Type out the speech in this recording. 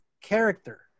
character